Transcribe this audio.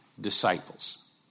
disciples